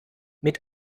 mit